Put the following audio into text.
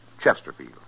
Chesterfield